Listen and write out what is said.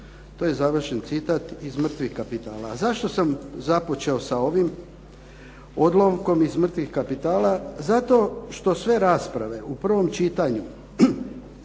i izvučemo blago iz naše zemlje." Zašto sam započeo sa ovim odlomkom iz "Mrtvih kapitala"? Zato što sve rasprave u prvom čitanju